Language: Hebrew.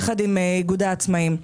יחד עם איגוד העצמאים.